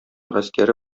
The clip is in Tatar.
гаскәре